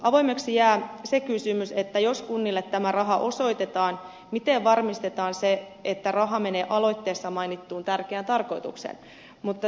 avoimeksi jää se kysymys jos kunnille tämä raha osoitetaan miten varmistetaan se että raha menee aloitteessa mainittuun tärkeään tarkoitukseen